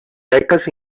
beques